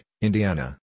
Indiana